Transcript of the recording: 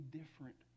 different